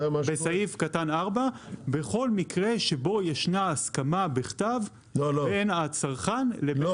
-- בסעיף קטן (4): בכל מקרה שבו ישנה הסכמה בכתב בין הצרכן ל -- לא,